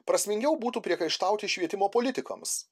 prasmingiau būtų priekaištauti švietimo politikams